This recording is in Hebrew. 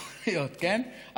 יכול להיות, כן.